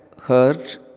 hurt